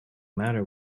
matter